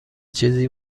چیزی